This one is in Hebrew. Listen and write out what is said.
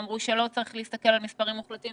אמרו שלא צריך להסתכל על מספרים מוחלטים,